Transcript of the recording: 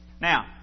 Now